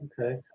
Okay